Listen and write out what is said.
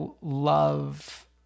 love